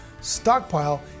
stockpile